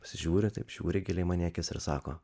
pasižiūri taip žiūri giliai mane akis ir sako